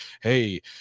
hey